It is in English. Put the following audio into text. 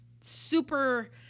super